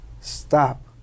stop